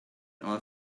our